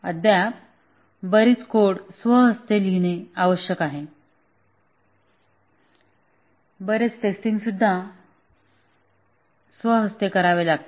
अद्याप बरीच कोड स्वहस्ते लिहिणे आवश्यक आहे बरीच टेस्टिंग स्वहस्ते करावी लागते